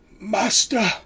Master